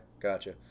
gotcha